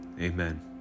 Amen